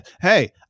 Hey